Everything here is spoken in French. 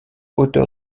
auteur